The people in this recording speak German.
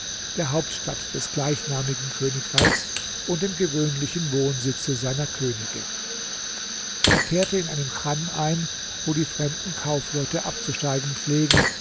der hauptstadt des gleichnamigen königreichs und dem gewöhnlichen wohnsitze seiner könige er kehrte in einem chan ein wo die fremden kaufleute abzusteigen pflegen